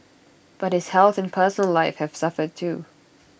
but his health and personal life have suffered too